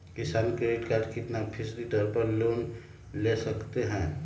किसान credit card कितना फीसदी दर पर लोन ले सकते हैं?